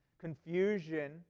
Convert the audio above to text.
confusion